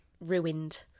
ruined